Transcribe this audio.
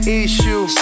issue